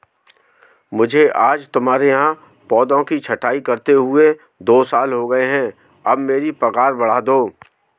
मुझे आज तुम्हारे यहाँ पौधों की छंटाई करते हुए दो साल हो गए है अब मेरी पगार बढ़ा दो